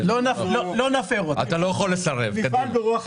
אתה לא יכול לסרב.